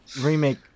remake